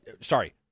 sorry